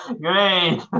Great